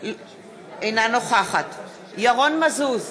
אינה נוכחת ירון מזוז,